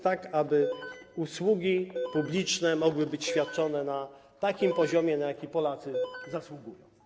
Tak aby usługi publiczne mogły być świadczone na takim poziomie, na jaki Polacy zasługują.